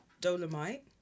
Dolomite